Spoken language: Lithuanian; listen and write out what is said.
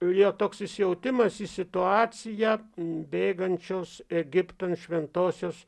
jo toks įsijautimas į situaciją bėgančios egipton šventosios